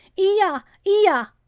iya, iya!